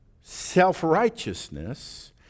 self-righteousness